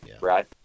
Right